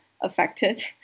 affected